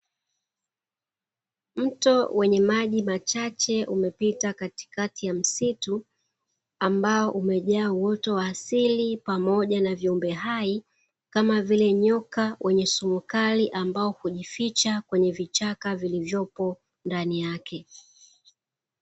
Mto wenye maji machache umepita katikati ya msitu, ambawo umejaa uwoto wa asili pamoja na viumbe hai kama vile nyoka wenye sumu kali ambawo hujificha kwenye vichaka vilivyopo ndani yake.